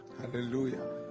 Hallelujah